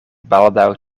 baldaŭ